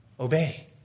obey